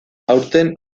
aurten